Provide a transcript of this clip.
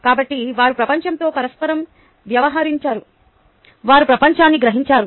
కాబట్టి వారు ప్రపంచంతో పరస్పరం వ్యవహరించారు వారు ప్రపంచాన్ని గ్రహించారు